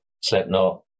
Slipknot